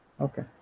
Okay